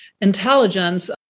intelligence